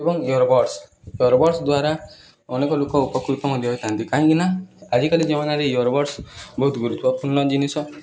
ଏବଂ earbuds earbuds ଦ୍ୱାରା ଅନେକ ଲୋକ ଉପକୃତ ମଧ୍ୟ ହୋଇଥାନ୍ତି କାହିଁକି ନା ଆଜିକାଲି ଜମନାରେ ଇୟରବଡ଼୍ସ ବହୁତ ଗୁରୁତ୍ୱପୂର୍ଣ୍ଣ ଜିନିଷ